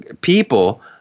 people